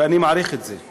ואני מעריך את זה,